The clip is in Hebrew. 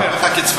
אני אומר לך כצפתי.